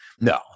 no